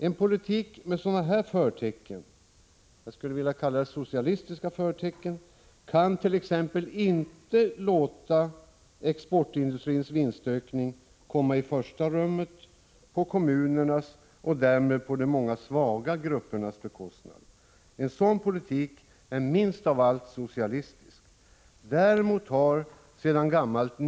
En politik med sådana förtecken — jag skulle vilja kalla dem socialistiska förtecken — kan t.ex. inte låta exportindustrins vinstökning komma i första rummet på kommunernas och därmed på de många svaga gruppernas bekostnad. En politik med en sådan inriktning är minst av allt socialistisk.